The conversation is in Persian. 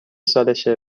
سالشه